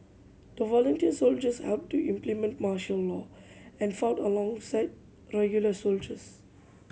the volunteer soldiers helped to implement martial law and fought alongside regular soldiers